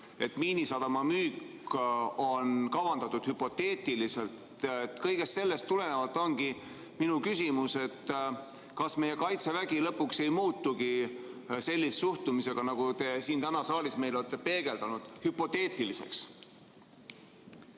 et Miinisadama müük on kavandatud hüpoteetiliselt. Kõigest sellest tulenevalt ongi minu küsimus, kas ka meie kaitsevägi lõpuks ei muutugi sellise suhtumise tõttu, nagu te siin täna saalis olete meile peegeldanud, hüpoteetiliseks.